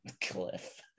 Cliff